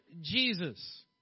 Jesus